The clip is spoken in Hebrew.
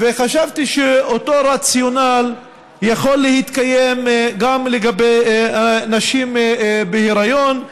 וחשבתי שאותו רציונל יכול להתקיים גם לגבי נשים בהיריון.